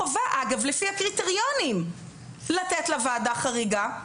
חובה אגב לפי הקריטריונים לתת לה ועדה חריגה,